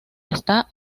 está